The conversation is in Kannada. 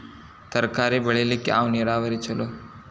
ತರಕಾರಿ ಬೆಳಿಲಿಕ್ಕ ಯಾವ ನೇರಾವರಿ ಛಲೋ?